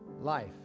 life